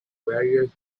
barriers